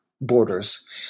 borders